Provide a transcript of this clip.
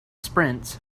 sprints